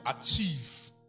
achieve